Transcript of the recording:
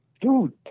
dude